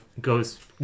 goes